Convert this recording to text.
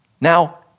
Now